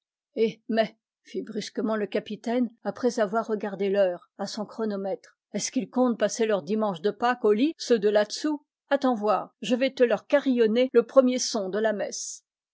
eh mais fit brusquement le capitaine après avoir regardé l'heure à son chronomètre est-ce qu'ils comptent passer leur dimanche de pâques au lit ceux de là-dessous attends voir je vais te leur carillonner le premier son de la messe